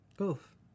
Oof